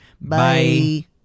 Bye